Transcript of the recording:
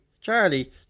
Charlie